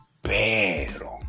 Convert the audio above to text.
Pero